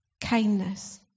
kindness